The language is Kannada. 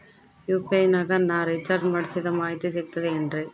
ಯು.ಪಿ.ಐ ನಾಗ ನಾ ರಿಚಾರ್ಜ್ ಮಾಡಿಸಿದ ಮಾಹಿತಿ ಸಿಕ್ತದೆ ಏನ್ರಿ?